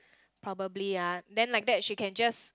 probably ah then like that she can just